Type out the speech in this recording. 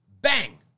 bang